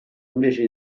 invece